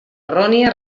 errònia